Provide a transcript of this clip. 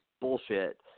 bullshit